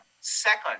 Second